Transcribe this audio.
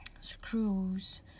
screws